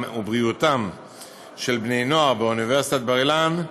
ובריאותם של בני נוער באוניברסיטת בר-אילן,